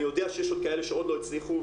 אני יודע שיש עוד כאלה שעוד לא הצליחו,